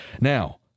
Now